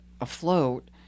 afloat